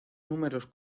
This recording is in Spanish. números